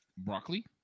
Broccoli